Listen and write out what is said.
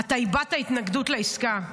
אתה הבעת התנגדות לעסקה,